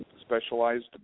specialized